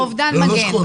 למה שכול?